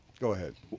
go ahead.